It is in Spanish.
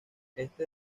este